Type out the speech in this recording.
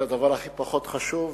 זה הדבר הכי פחות חשוב,